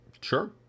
Sure